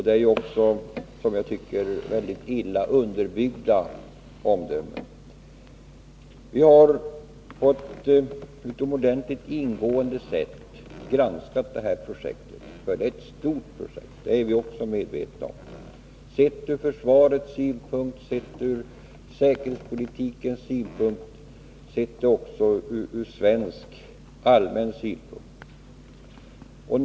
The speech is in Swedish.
Det är också, som jag tycker, mycket illa underbyggda omdömen. Vi har på ett utomordentligt ingående sätt granskat projektet. Det är ett stort projekt, det är vi också medvetna om — sett ur försvarets synpunkt, sett ur säkerhetspolitikens synpunkt, sett ur svensk allmän synpunkt.